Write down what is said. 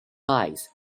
ice